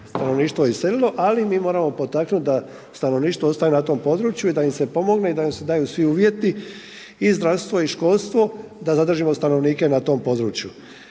Stanovništvo je iselilo, ali mi moramo potaknuti da stanovništvo ostaje na tom području i da im se pomogne i da im se daju svi uvjeti i zdravstvo, i školstvo da zadržimo stanovnike na tom području.